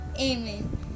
Amen